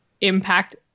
impact